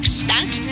stunt